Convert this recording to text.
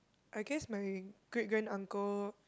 I guess my great grand uncle